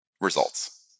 results